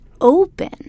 open